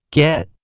get